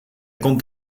komt